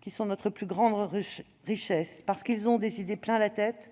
qui sont notre plus grande richesse, parce qu'ils ont des idées plein la tête,